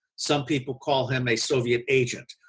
some people call him a soviet agent.